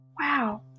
Wow